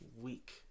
week